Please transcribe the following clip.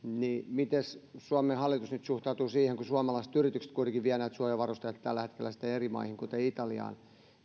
niin mitenkäs suomen hallitus nyt suhtautuu siihen kun suomalaiset yritykset kuitenkin vievät näitä suojavarusteita kasvosuojaimia esimerkiksi tällä hetkellä eri maihin kuten italiaan